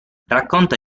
racconta